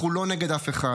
אנחנו לא נגד אף אחד,